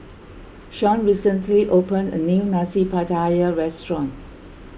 Shawn recently opened a new Nasi Pattaya restaurant